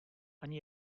ani